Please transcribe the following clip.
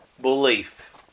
belief